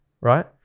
right